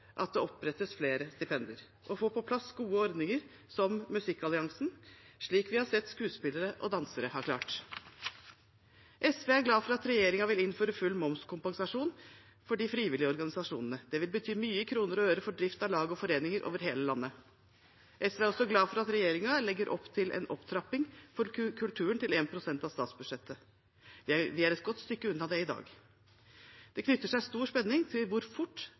at det opprettes flere stipender og få på plass gode ordninger som Musikkalliansen, slik vi har sett skuespillere og dansere har klart. SV er glad for at regjeringen vil innføre full momskompensasjon for de frivillige organisasjonene. Det vil bety mye i kroner og øre for drift av lag og foreninger over hele landet. SV er også glad for at regjeringen legger opp til en opptrapping for kulturen til 1 pst. av statsbudsjettet. Vi er et godt stykke unna det i dag. Det knytter seg stor spenning til hvor fort